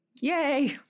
Yay